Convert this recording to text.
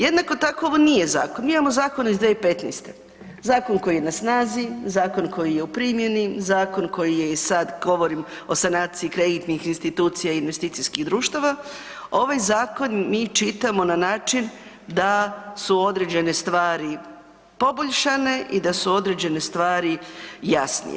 Jednako tako ovo nije zakon, mi imamo zakon iz 2015., zakon koji je na snazi, zakon koji je u primjeni, zakon koji je i sad govorim o sanaciji kreditnih institucija i investicijskih društava, ovaj zakon mi čitamo na način da su određene stvari poboljšane i da su određene stvari jasnije.